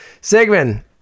sigmund